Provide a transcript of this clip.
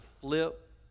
flip